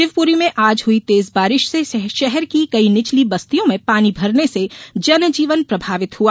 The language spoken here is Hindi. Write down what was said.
शिवपूरी में आज हई तेज बारिश से शहर की कई निचली बस्तियों में पानी भरने से जनजीवन प्रभावित हुआ